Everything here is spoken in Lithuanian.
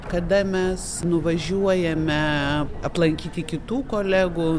kada mes nuvažiuojame aplankyti kitų kolegų